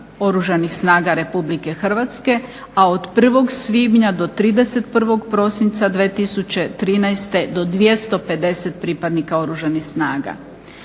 Oružanih snaga Republike Hrvatske, a od 1. svibnja do 31. prosinca 2013. do 250 pripadnika Oružanih snaga.